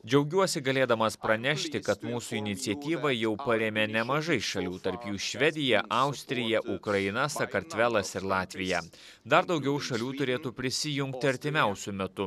džiaugiuosi galėdamas pranešti kad mūsų iniciatyvą jau parėmė nemažai šalių tarp jų švedija austrija ukraina sakartvelas ir latvija dar daugiau šalių turėtų prisijungti artimiausiu metu